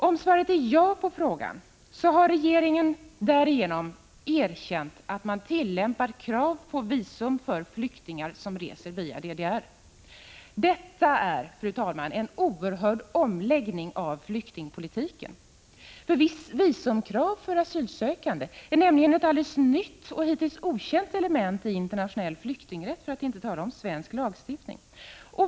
Om svaret på frågan är ja, har regeringen därigenom erkänt att den tillämpar krav på visum för flyktingar som reser via DDR. Detta är, fru talman, en oerhörd omläggning av flyktingpolitiken. Visumkrav för asylsökande är nämligen ett alldeles nytt och hittills okänt element i internationell flyktingrätt, för att inte tala om i svensk lagstiftning.